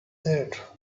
that